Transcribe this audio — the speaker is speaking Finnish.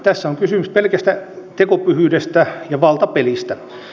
tässä on kysymys pelkästä tekopyhyydestä ja valtapelistä